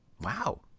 Wow